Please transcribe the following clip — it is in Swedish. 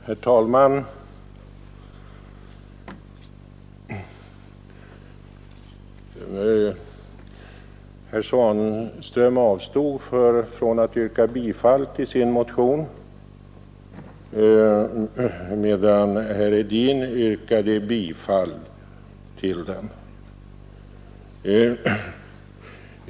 Herr talman! Herr Svanström avstod från att yrka bifall till sin motion, medan herr Hedin yrkade bifall till sin.